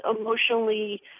emotionally